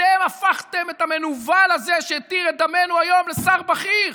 אתם הפכתם את המנוול הזה שהתיר את דמנו היום לשר בכיר.